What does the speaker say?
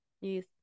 Yes